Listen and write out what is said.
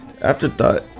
Afterthought